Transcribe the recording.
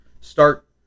start